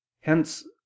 Hence